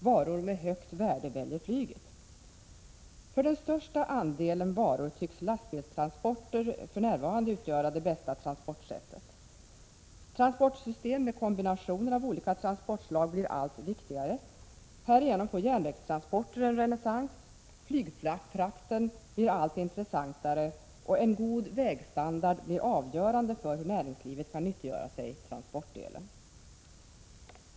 Varor med högt värde väljer flyget. För den största andelen varor 50 tycks lastbilstransporter för närvarande utgöra det bästa transportsättet. Transportsystem med kombinationer av olika transportslag blir allt viktiga — Prot. 1986/87:122 re. Härigenom får järnvägstransporter en renässans, flygfrakten blir allt 13 maj 1987 intressantare och en god vägstandard blir avgörande för hur näringslivet kan nyttiggöra sig transportdelen.